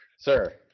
Sir